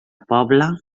poble